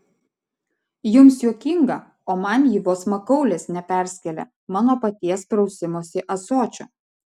jums juokinga o man ji vos makaulės neperskėlė mano paties prausimosi ąsočiu